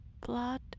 blood